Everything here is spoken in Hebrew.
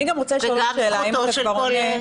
--- רבותי...